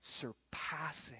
surpassing